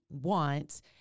want